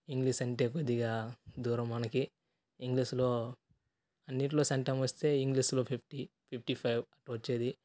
English అంటే కొద్దిగా దూరం మనకి ఇంగ్లీష్లో అన్నింట్లో సెంటమ్ వస్తే ఇంగ్లీష్లో ఫిఫ్టీ ఫిఫ్టీ ఫైవ్ వచ్చేది